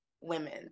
women